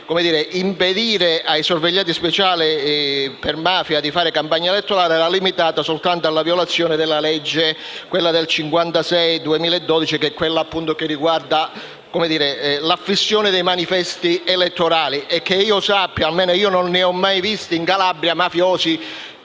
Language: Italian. di impedire ai sorvegliati speciali per mafia di fare campagna elettorale era limitato soltanto alla violazione della legge n. 212 del 1956, che riguarda l'affissione dei manifesti elettorali. Che io sappia, non ho mai visto in Calabria mafiosi attaccare